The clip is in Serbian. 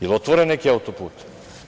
Jel otvoren neki auto-put?